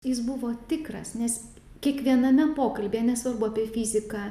jis buvo tikras nes kiekviename pokalbyje nesvarbu apie fiziką